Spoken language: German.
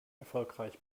erfolgreich